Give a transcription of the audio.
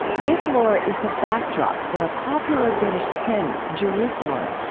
this lore is the backdrop for a popular british hymn, jerusalem,